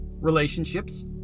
relationships